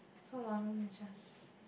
so one room is just